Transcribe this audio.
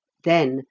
then,